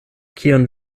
kion